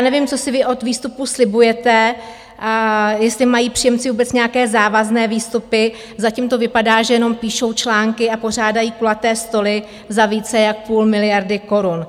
Nevím, co si vy od výstupů slibujete, jestli mají příjemci vůbec nějaké závazné výstupy, zatím to vypadá, že jenom píšou články a pořádají kulaté stoly za více jak půl miliardy korun.